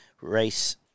Race